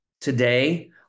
today